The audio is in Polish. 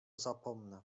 zapomnę